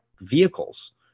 vehicles